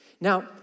Now